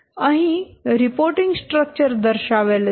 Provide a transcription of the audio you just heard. અહી reporting structure દર્શાવેલ છે